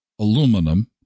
aluminum